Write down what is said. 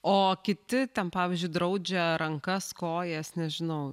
o kiti ten pavyzdžiui draudžia rankas kojas nežinau